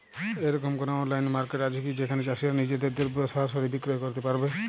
এরকম কোনো online market আছে কি যেখানে চাষীরা নিজেদের দ্রব্য সরাসরি বিক্রয় করতে পারবে?